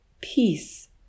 peace